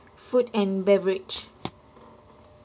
food and beverage